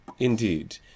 Indeed